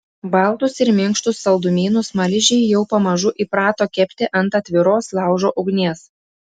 baltus ir minkštus saldumynus smaližiai jau pamažu įprato kepti ant atviros laužo ugnies